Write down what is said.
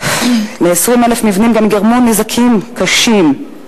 ל-20,000 מבנים גם ייגרמו נזקים כבדים.